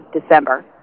december